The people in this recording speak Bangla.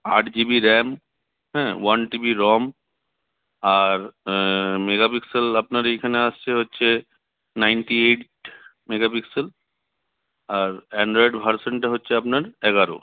আট জি বি র্যাম হ্যাঁ ওয়ান টি বি রম আর ৳ মেগাপিক্সেল আপনার এইখানে আসছে হচ্ছে নাইনটি এইট মেগাপিক্সেল আর অ্যান্ড্রয়েড ভার্সানটা হচ্ছে আপনার এগারো